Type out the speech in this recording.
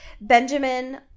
Benjamin